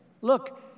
Look